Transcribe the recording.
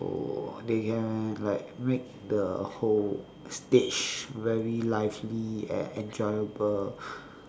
so they can like make the whole stage very lively and enjoyable